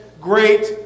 great